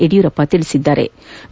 ಯಡಿಯೂರಪ್ಪ ಹೇಳದ್ದಾರೆ